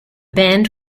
band